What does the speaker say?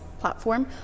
platform